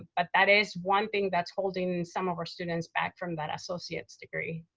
but that is one thing that's holding some of our students back from that associate's degree.